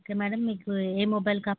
okay madam మీకు ఏ mobile